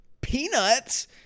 peanuts